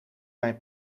mijn